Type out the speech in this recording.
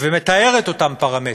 ומתאר את אותם פרמטרים: